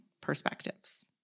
perspectives